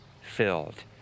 filled